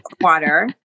water